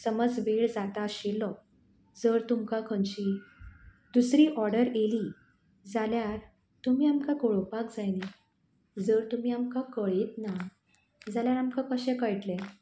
समज वेळ जाता आशिल्लो जर तुमकां खंयची दुसरी ओर्डर येली जाल्यार तुमी आमकां कळोवपाक जाय न्ही जर तुमी आमकां कळयत ना जाल्यार आमकां कशें कळटलें